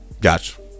Gotcha